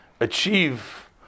achieve